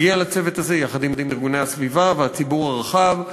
ונגיע לצוות הזה יחד עם ארגוני הסביבה והציבור הרחב,